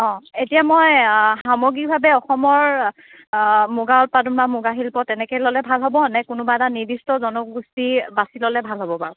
অঁ এতিয়া মই সামগ্ৰিকভাৱে অসমৰ অঁ মুগা উৎপাদন বা মুগা শিল্প তেনেকৈ ল'লে ভাল হ'ব নে কোনোবা এটা নিৰ্দিষ্ট জনগোষ্ঠী বাছি ল'লে ভাল হ'ব বাৰু